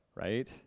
right